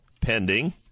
pending